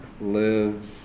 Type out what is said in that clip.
lives